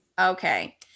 okay